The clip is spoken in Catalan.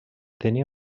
tenia